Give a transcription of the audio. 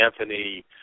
Anthony